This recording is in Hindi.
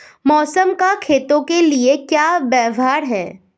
मौसम का खेतों के लिये क्या व्यवहार है?